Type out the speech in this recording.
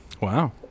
wow